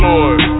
Lord